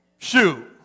Shoot